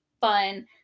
fun